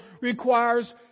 requires